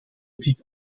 dit